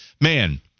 Man